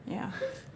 yeah